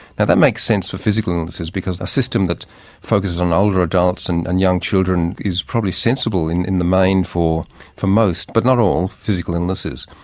that makes sense with physical illnesses because a system that focuses on older adults and and young children is probably sensible in in the main for for most, but not all physical illnesses.